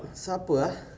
siapa ah